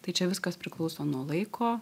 tai čia viskas priklauso nuo laiko